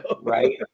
right